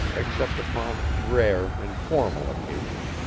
except upon rare and formal occasion,